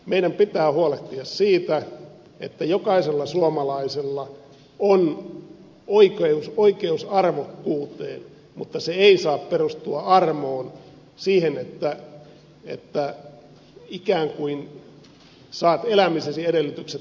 meidän pitää huolehtia siitä että jokaisella suomalaisella on oikeus arvokkuuteen mutta se ei saa perustua armoon siihen että ikään kuin saat elämisesi edellytykset armosta